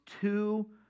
two